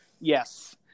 yes